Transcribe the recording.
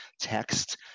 text